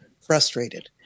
frustrated